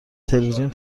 تلویزیون